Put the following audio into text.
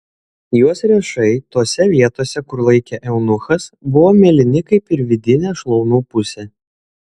jos riešai tose vietose kur laikė eunuchas buvo mėlyni kaip ir vidinė šlaunų pusė